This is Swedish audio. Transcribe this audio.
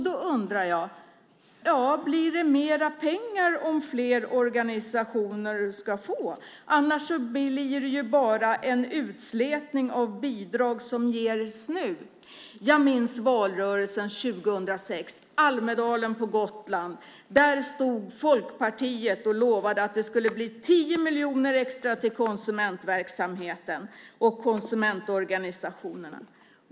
Då undrar jag om det blir mer pengar om fler organisationer ska få. Annars blir det bara en utsmetning av de bidrag som ges nu. Jag minns valrörelsen 2006. I Almedalen på Gotland stod Folkpartiet och lovade att det skulle bli 10 miljoner extra till konsumentverksamheten och konsumentorganisationerna.